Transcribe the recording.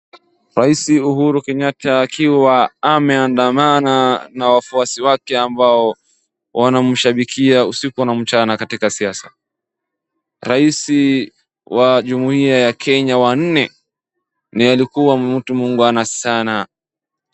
Rais Uhuru Kenyatta akiwa ameandamana na wafuasi wake ambao wanamshabikia usiku na mchana katika siasa. Rais wa jumuiya ya Kenya wa nne na alikuwa mtu muungwana sana.